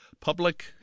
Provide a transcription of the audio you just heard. Public